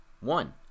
One